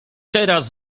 teraz